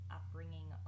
upbringing